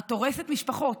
את הורסת משפחות.